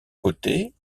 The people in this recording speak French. cotées